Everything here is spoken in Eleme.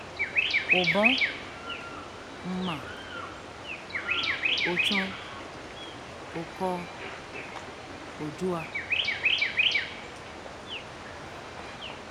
Obor mma o che o kuu oju waā